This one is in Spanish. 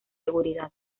seguridad